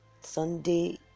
Sunday